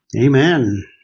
Amen